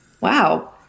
wow